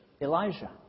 Elijah